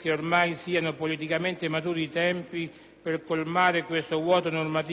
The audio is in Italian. che siano ormai politicamente maturi i tempi per colmare questo vuoto normativo rispetto alla procedura da seguire in ordine alla deliberazione e all'autorizzazione delle missioni internazionali.